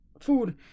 food